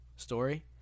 story